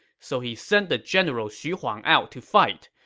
so he sent the general xu huang out to fight.